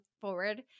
forward